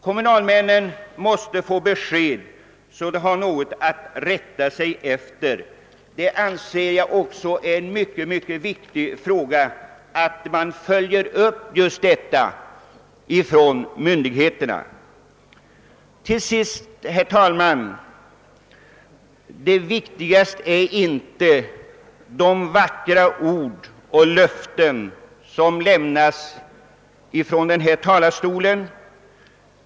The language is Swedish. Kommunalmännen måste få besked så att de har något att rätta sig efter. Detta anser jag vara en mycket viktig uppgift för myndigheterna. Det viktigaste, herr talman, är till sist inte de vackra ord och löften som ut talas från denna talarstol.